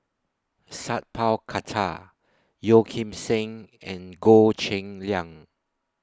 Sat Pal Khattar Yeo Kim Seng and Goh Cheng Liang